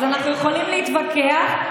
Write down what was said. אז אנחנו יכולים להתווכח,